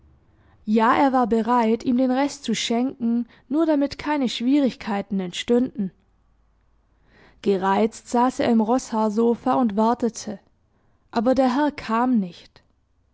ja er war bereit ihm den rest zu schenken nur damit keine schwierigkeiten entstünden gereizt saß er im roßhaarsofa und wartete aber der herr kam nicht